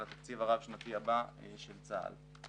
על התקציב הרב-שנתי הבא של צה"ל.